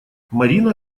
марина